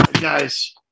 Guys